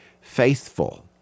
faithful